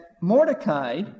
Mordecai